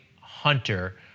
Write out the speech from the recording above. Hunter